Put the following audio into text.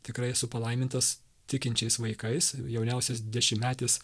tikrai esu palaimintas tikinčiais vaikais jauniausias dešimtmetis